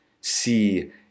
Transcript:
see